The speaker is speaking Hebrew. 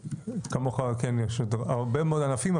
כמוך כן יש עוד הרבה מאוד ענפים,